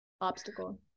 obstacle